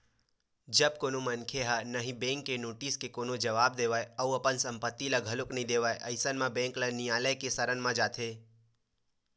जब कोनो मनखे ह ना ही बेंक के नोटिस के कोनो जवाब देवय अउ अपन संपत्ति ल घलो नइ देवय अइसन म बेंक ल नियालय के सरन म जाथे